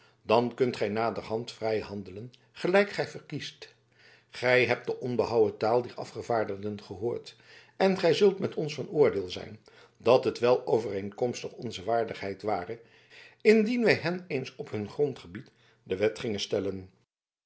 dan kunt gij naderhand vrij handelen gelijk gij verkiest gij hebt de onbehouwen taal dier afgevaardigden gehoord en gij zult met ons van oordeel zijn dat het wel overeenkomstig onze waardigheid ware indien wij hen eens op hun grondgebied de wet gingen stellen